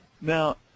Now